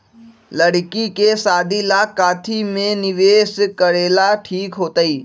लड़की के शादी ला काथी में निवेस करेला ठीक होतई?